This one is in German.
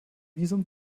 visum